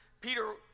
Peter